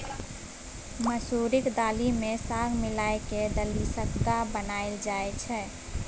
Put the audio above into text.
मसुरीक दालि मे साग मिला कय दलिसग्गा बनाएल जाइ छै